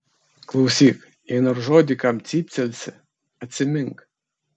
klausyk jei nors žodį kam cyptelsi atsimink